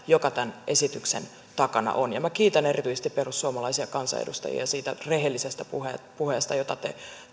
joka tämän esityksen takana on minä kiitän erityisesti perussuomalaisia kansanedustajia siitä rehellisestä puheesta puheesta